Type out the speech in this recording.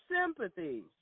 sympathies